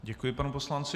Děkuji panu poslanci.